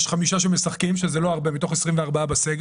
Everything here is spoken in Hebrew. יש חמישה שמשחקים, שזה לא הרבה מתוך 24 בסגל.